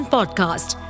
Podcast